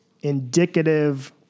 indicative